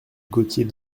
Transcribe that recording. gaultier